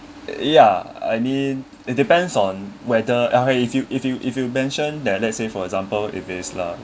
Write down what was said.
yeah I mean it depends on whether if you if you if you mention then let's say for example if is a